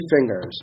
fingers